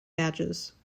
badges